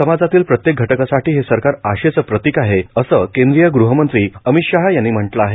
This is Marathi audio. समाजातील प्रत्येक घटकासाठी हे सरकार आशेचं प्रतीक आहे असं केंद्रीय गृहमंत्री अमित शहा यांनी म्हटलं आहे